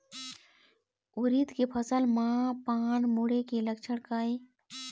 उरीद के फसल म पान मुड़े के लक्षण का ये?